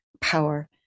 power